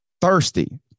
Thirsty